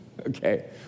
okay